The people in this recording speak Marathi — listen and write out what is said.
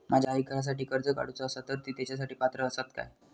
माझ्या आईक घरासाठी कर्ज काढूचा असा तर ती तेच्यासाठी पात्र असात काय?